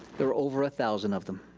there are over a thousand of them.